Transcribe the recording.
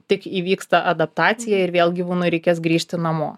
tik įvyksta adaptacija ir vėl gyvūnui reikės grįžti namo